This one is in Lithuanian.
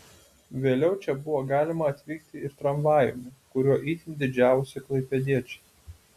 vėliau čia buvo galima atvykti ir tramvajumi kuriuo itin didžiavosi klaipėdiečiai